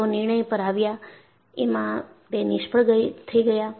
તેઓ નિર્ણય પર આવ્યા એમાં તે નિષ્ફળ થઈ ગયા